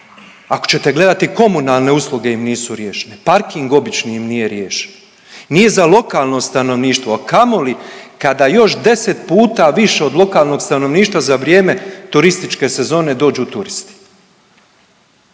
Ako ćete gledati, komunalne usluge im nisu riješene, parking obični im nije riješen, nije za lokalno stanovništvo, a kamoli kada još 10 puta više od lokalnog stanovništva za vrijeme turističke sezone dođu turisti